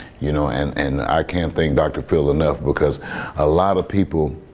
you know. and and i can't thank dr. phil enough because a lot of people